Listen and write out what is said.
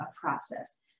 process